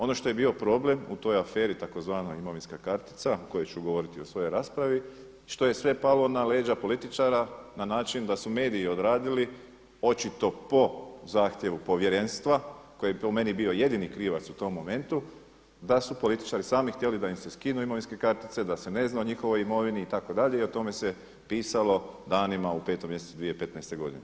Ono što je bio problem u toj aferi tzv. imovinska kartica o kojoj ću govoriti u svojoj raspravi što je sve palo na leđa političara na način da su mediji odradili očito po zahtjevu povjerenstva koji je po meni bio jedini krivac u tom momentu, da su političari sami htjeli da im se skinu imovinske kartice, da se ne zna o njihovoj imovini itd. i o tome se pisalo danima u 5. mjesecu 2015. godine.